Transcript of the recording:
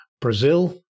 Brazil